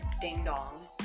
ding-dong